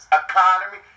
economy